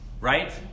Right